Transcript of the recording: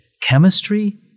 chemistry